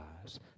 lives